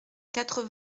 quatre